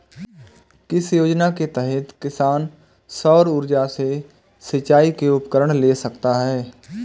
किस योजना के तहत किसान सौर ऊर्जा से सिंचाई के उपकरण ले सकता है?